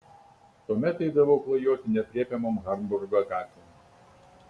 tuomet eidavau klajoti neaprėpiamom hamburgo gatvėm